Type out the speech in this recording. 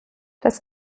das